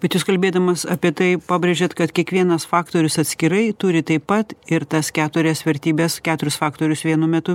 bet jūs kalbėdamas apie tai pabrėžėt kad kiekvienas faktorius atskirai turi taip pat ir tas keturias vertybes keturis faktorius vienu metu